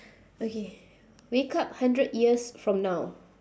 okay wake up hundred years from now